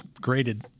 graded